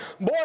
boy